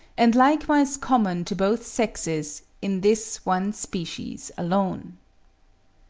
and likewise common to both sexes in this one species alone.